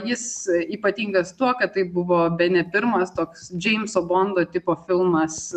jis ypatingas tuo kad tai buvo bene pirmas toks džeimso bondo tipo filmas